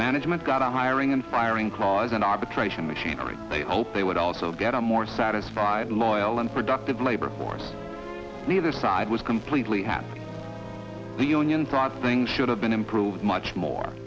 management got a hiring and firing clause an arbitration machinery they hoped they would also get a more satisfied loyal and productive labor force neither side was completely happy the union front things should have been improved much more